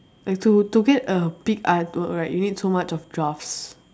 like to to get a big artwork right you need so much of drafts